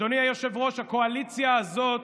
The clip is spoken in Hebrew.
אדוני היושב-ראש, הקואליציה הזאת